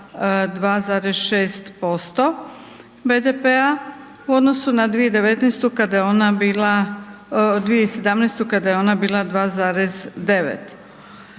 2,6% BDP-a u odnosu na 2019.-tu kada je ona bila,